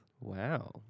Wow